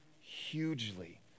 hugely